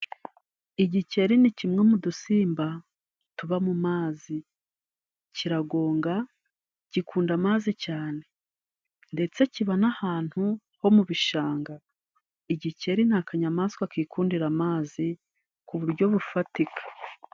Igikeri ni kimwe mudusimba tuba mu mazi. Kiragonga, gikunda amazi cyane ndetse kiba n'ahantu ho mu bishanga. Igikeri ni akanyamaswa kikundira amazi ku buryo bufatika.